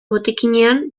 botikinean